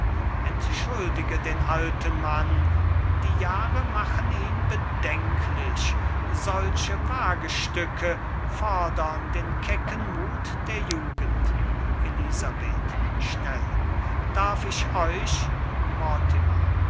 entschuldige den alten mann die jahre machen ihn bedenklich solche wagestücke fordern den kecken mut der jugend elisabeth schnell darf ich euch